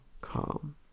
calm